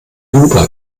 juba